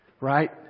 Right